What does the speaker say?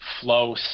flow